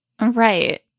Right